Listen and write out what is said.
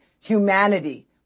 humanity